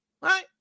Right